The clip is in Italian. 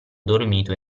dormito